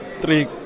three